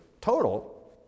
total